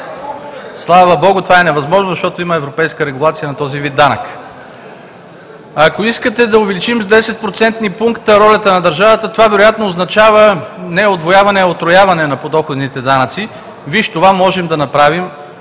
Слава богу, това е невъзможно, защото има европейска регулация на този вид данък. Ако искате да увеличим с 10 процентни пункта ролята на държавата, това вероятно означава не удвояване, а утрояване на подоходните данъци. Виж, това можем да направим,